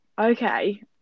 Okay